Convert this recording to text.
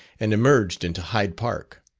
and emerged into hyde park.